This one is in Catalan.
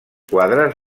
quadres